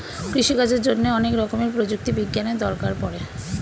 কৃষিকাজের জন্যে অনেক রকমের প্রযুক্তি বিজ্ঞানের দরকার পড়ে